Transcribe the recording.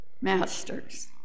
masters